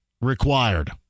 required